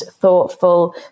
thoughtful